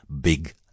big